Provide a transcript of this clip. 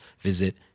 visit